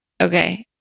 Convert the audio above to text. Okay